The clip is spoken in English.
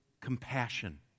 compassion